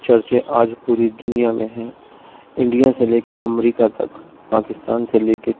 چرچے آج پوری دنیا میں ہیں انڈیا سے لے کے امریکہ تک پاکستان سے لے کے